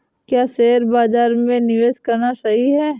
क्या शेयर बाज़ार में निवेश करना सही है?